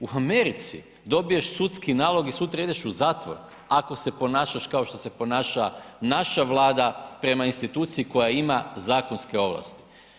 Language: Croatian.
U Americi dobiješ sudski nalog i sutra ideš u zatvor ako se ponašaš kao što se ponaša naša Vlada prema instituciji koja ima zakonske ovlasti.